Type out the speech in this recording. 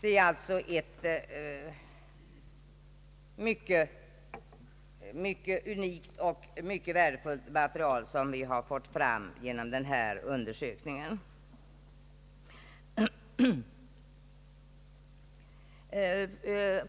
Det är alltså ett unikt och mycket värdefullt material som kommit fram även genom denna undersökning.